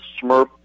Smurf